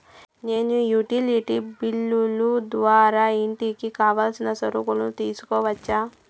నేను utility bill ద్వారా ఇంటికి కావాల్సిన సరుకులు తీసుకోవచ్చా?